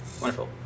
Wonderful